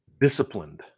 disciplined